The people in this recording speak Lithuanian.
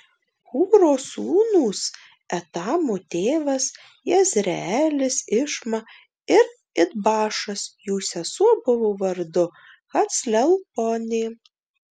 hūro sūnūs etamo tėvas jezreelis išma ir idbašas jų sesuo buvo vardu haclelponė